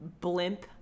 blimp